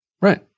Right